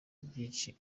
byinshi